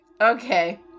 Okay